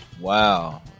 Wow